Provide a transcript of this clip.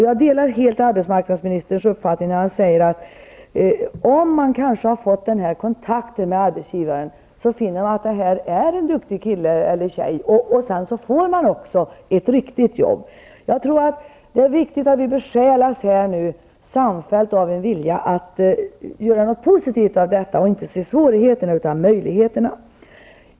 Jag delar helt arbetsmarknadsministerns uppfattning att arbetsgivaren efter att ha fått kontakt med den unge kanske finner att det är en duktig kille eller tjej och att han eller hon då kan få ett riktigt jobb. Jag tror att det är viktigt att vi nu samfällt besjälas av en vilja att göra något positivt av detta och inte se svårigheterna utan möjligheterna.